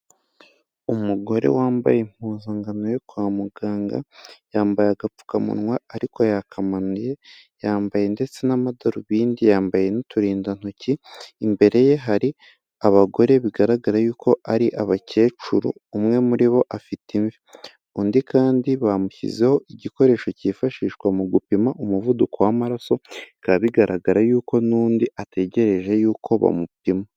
Umugore wambaye impuzankano yo kwa muganga, yambaye agapfukamunwa ariko yakamanuye. Yambaye ndetse n'amadarubindi, yambaye n'uturindantoki. Imbere ye hari abagore bigaragara yuko ari abakecuru, umwe muri bo afite imvi. Undi kandi bamushyizeho igikoresho cyifashishwa mu gupima umuvuduko w'amaraso, bikaba bigaragara yuko n'undi ategereje yuko bamupima.